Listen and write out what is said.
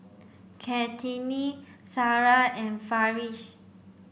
Kartini Sarah and Farish